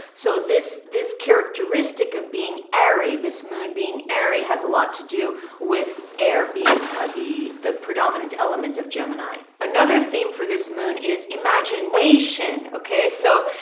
so this, this characteristic of being airy, this moon being arie has a lot to do with air being the the predominant element of gemini. another theme for this moon is imagine nation. okay. so,